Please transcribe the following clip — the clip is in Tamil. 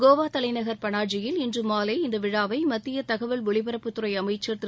கோவா தலைநகர் பனாஜியில் இன்று மாலை இந்த விழாவை மத்திய தகவல் ஒலிபரப்புத்துறை அமைச்சர் திரு